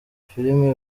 filime